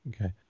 Okay